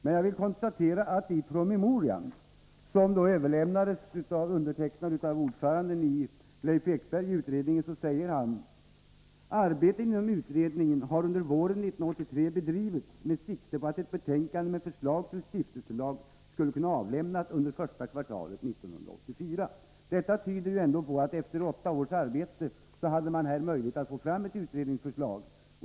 Men jag konstaterar att det i promemorian, som överlämnades av utredningens ordförande Leif Ekberg, sägs: ”Arbetet inom utredningen har under våren 1983 bedrivits med sikte på att ett betänkande med förslag till stiftelselag skulle kunna avlämnas under första kvartalet 1984.” Detta tyder ändå på att man, efter åtta års arbete, här hade en möjlighet att få fram ett utredningsförslag.